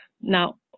Now